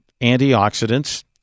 antioxidants